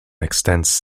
extends